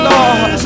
Lord